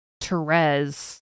Therese